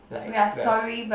like we are